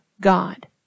God